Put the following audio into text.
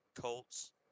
Colts